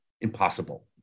impossible